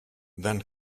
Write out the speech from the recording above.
then